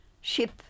ship